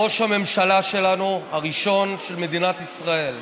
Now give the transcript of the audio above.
ראש הממשלה שלנו, הראשון של מדינת ישראל.